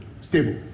Stable